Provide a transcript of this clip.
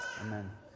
Amen